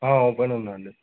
ఓపెనే ఉందండి